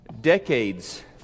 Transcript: Decades